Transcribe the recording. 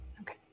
Okay